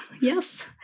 yes